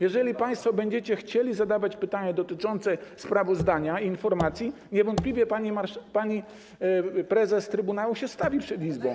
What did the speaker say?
Jeżeli państwo będziecie chcieli zadawać pytania dotyczące sprawozdania i informacji, niewątpliwie pani prezes trybunału stawi się przed Izbą.